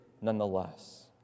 nonetheless